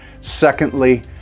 secondly